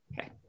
Okay